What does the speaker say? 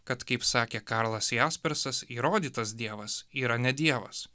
kad kaip sakė karlas jaspersas įrodytas dievas yra ne dievas